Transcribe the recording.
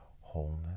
wholeness